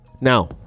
now